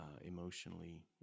emotionally